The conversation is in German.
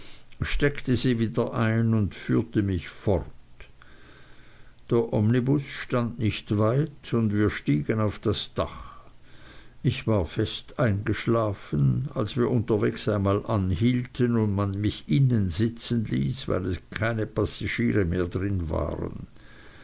steckte sie wieder ein und führte mich fort der omnibus stand nicht weit und wir stiegen auf das dach ich war fest eingeschlafen als wir unterwegs einmal anhielten und man mich innen sitzen hieß weil keine passagiere mehr drin waren